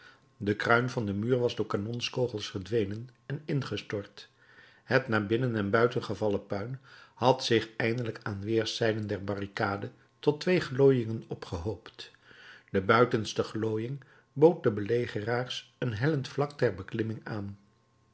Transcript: de kruin van den muur was door de kanonskogels verdwenen en ingestort het naar binnen en buiten gevallen puin had zich eindelijk aan weerszijden der barricade tot twee glooiingen opgehoopt de buitenste glooiing bood den belegeraars een hellend vlak ter beklimming aan